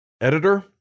editor